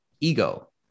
ego